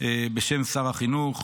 בשם שר החינוך.